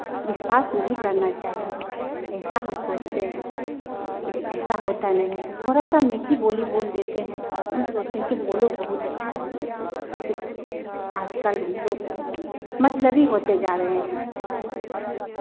विश्वास नहीं करना चाहिए ऐसा हम सोचते हैं लेकिन ऐसा होता नहीं है थोड़ा सा मीठी बोली बोल देते हैं हम सोचते हैं कि वो लोग बहुत अच्छा है लेकिन आजकल भी लोग मतलबी होते जा रहे हैं